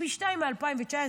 פי שניים מ-2019.